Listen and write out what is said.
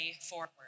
forward